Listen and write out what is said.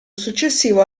successivo